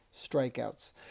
strikeouts